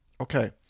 Okay